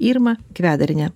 irma kvedariene